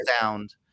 sound